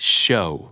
show